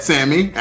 Sammy